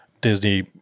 Disney